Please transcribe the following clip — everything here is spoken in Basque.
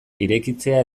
irekitzea